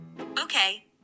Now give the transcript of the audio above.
Okay